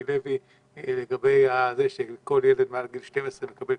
לוי לגבי זה שכל ילד מעל גיל 12 מקבל קנס.